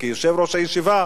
כיושב-ראש הישיבה,